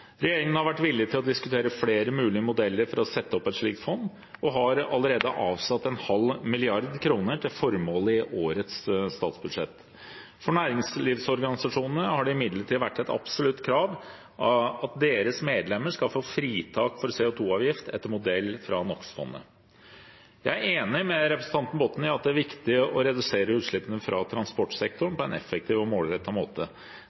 Regjeringen har vært villig til å diskutere flere mulige modeller for å sette opp et slikt fond og har allerede avsatt en halv milliard kroner til formålet i årets statsbudsjett. For næringslivsorganisasjonene har det imidlertid vært et absolutt krav at deres medlemmer skal få fritak for CO 2 -avgift, etter modell fra NOx-fondet. Jeg er enig med representanten Botten i at det er viktig å redusere utslippene fra